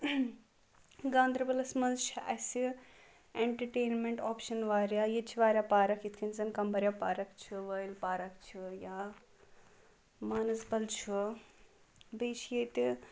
گاندربَلس منٛز چھِ اَسہِ اینٹرٹینمینٹ آپشن واریاہ ییٚتہِ چھِ واریاہ پارَک یِتھ کنۍ زَن کَمریا پارک چھِ وٲیِل پارک چھِ یا مانَسبل چھُ بیٚیہِ چھِ ییٚتہِ